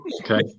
Okay